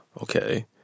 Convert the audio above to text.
Okay